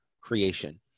creation